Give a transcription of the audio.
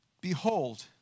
Behold